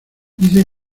dice